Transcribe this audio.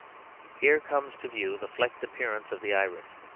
here comes to view the flecked appearance of the iris,